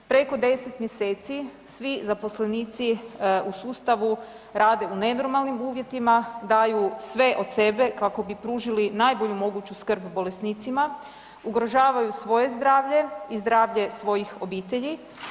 Preko 10 mjeseci svi zaposlenici u sustavu rade u nenormalnim uvjetima, daju sve od sebe kako bi pružili najbolju moguću skrb bolesnicima, ugrožavaju svoje zdravlje i zdravlje svojih obitelji.